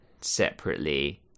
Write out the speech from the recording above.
separately